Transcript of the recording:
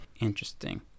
Interesting